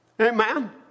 Amen